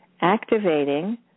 activating